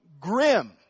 grim